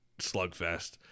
slugfest